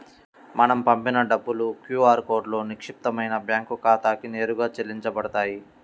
మనం పంపిన డబ్బులు క్యూ ఆర్ కోడ్లో నిక్షిప్తమైన బ్యేంకు ఖాతాకి నేరుగా చెల్లించబడతాయి